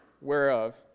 whereof